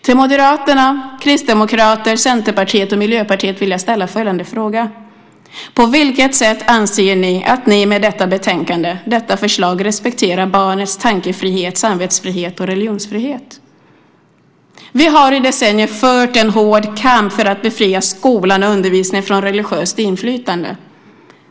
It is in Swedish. Till Moderaterna, Kristdemokraterna, Centerpartiet och Miljöpartiet vill jag ställa följande fråga: På vilket sätt anser ni att ni med detta betänkande och detta förslag respekterar barnets tankefrihet, samvetsfrihet och religionsfrihet? Vi har i decennier fört en hård kamp för att befria skolan och undervisningen från religiöst inflytande.